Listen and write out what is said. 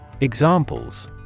Examples